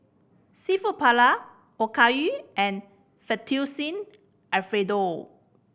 Seafood Paella Okayu and Fettuccine Alfredo